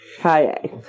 hi